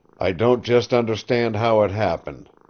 i don't just understand how it happened.